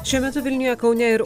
šiuo metu vilniuje kaune ir